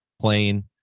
playing